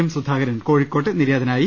M Sudhakaran കോഴിക്കോട്ട് നിര്യാതനായി